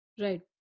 Right